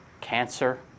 cancer